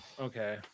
Okay